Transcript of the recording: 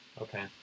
okay